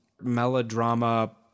melodrama